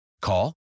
Call